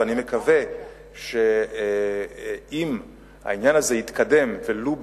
ואני מקווה שאם העניין הזה יתקדם ולו